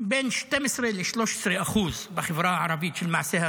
של מעשי הרצח בחברה הערבית, בין 12% ל-13%.